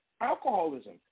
alcoholism